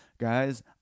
Guys